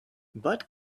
but